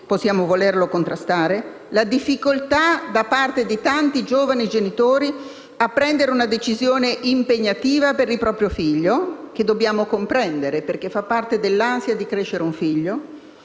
possiamo volerla contrastare; la difficoltà da parte di tanti giovani genitori a prendere una decisione impegnativa per il proprio figlio (che dobbiamo comprendere, perché fa parte dell'ansia di crescere un figlio);